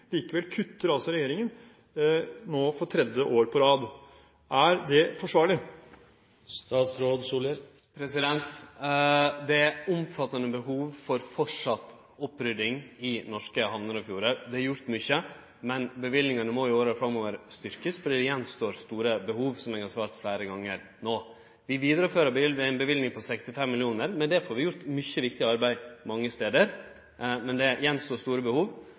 Likevel kutter altså regjeringen nå for tredje år på rad. Er det forsvarlig? Det er framleis omfattande behov for opprydding i norske hamner og fjordar. Det er gjort mykje, men ein må i åra framover styrkje løyvingane, for det står att store behov, som eg har svara fleire gonger no. Vi vidarefører ei løyving på 65 mill. kr. Med det får vi gjort mykje viktig arbeid mange stader. Men det står att store behov.